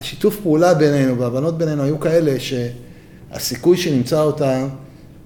שיתוף פעולה בינינו והבנות בינינו היו כאלה שהסיכוי שנמצא אותם